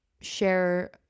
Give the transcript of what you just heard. share